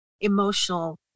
Emotional